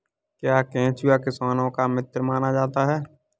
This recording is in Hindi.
क्या केंचुआ किसानों का मित्र माना जाता है?